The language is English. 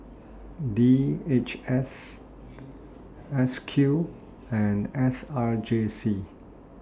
D H S S Q and S R J C